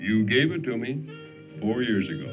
you gave it to me over years ago